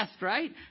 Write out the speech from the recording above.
right